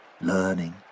learning